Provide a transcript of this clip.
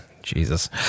Jesus